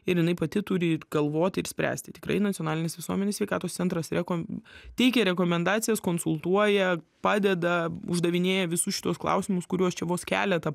ir jinai pati turi galvoti ir spręsti tikrai nacionalinis visuomenės sveikatos centras rekom teikia rekomendacijas konsultuoja padeda uždavinėja visus šituos klausimus kuriuos čia vos keletą